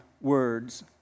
words